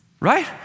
right